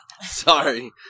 Sorry